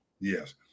Yes